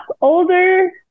older